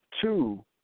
Two